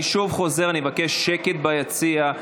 אני שוב חוזר: אני מבקש שקט ביציע.